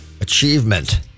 Achievement